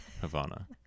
havana